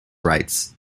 rights